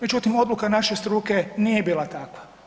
Međutim, odluka naše struke nije bila takva.